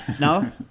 No